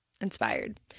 inspired